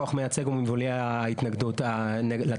כן.